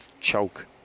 choke